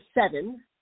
seven